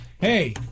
hey